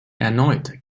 erneut